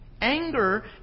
Anger